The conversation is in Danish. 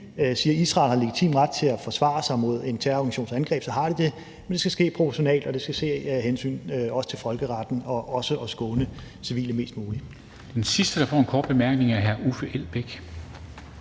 siger, at Israel har legitim ret til at forsvare sig mod en terrororganisations angreb, så har de det, men det skal ske proportionalt, og det skal ske også af hensyn til folkeretten, og civile skal skånes mest muligt. Kl. 14:55 Formanden (Henrik Dam Kristensen): Den sidste, der får en kort bemærkning, er hr. Uffe Elbæk.